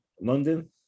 London